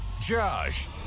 josh